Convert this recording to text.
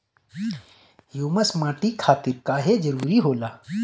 Humus माटी खातिर काहे जरूरी होला?